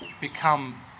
become